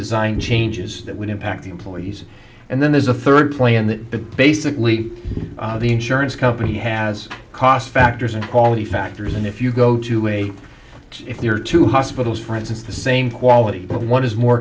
design changes that would impact the employees and then there's a third plan that basically the insurance company has cost factors and quality factors and if you go to a if there are two hospitals for instance the same quality of one is more